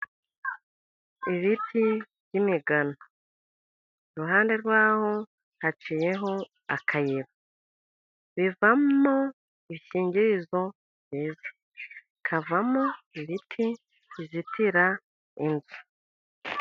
Ibiti by'imigano, iruhande rwaho haciyeho akanyira, bivamo ibishgirizo, bikavamo ibiti bizitira inzu.